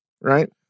right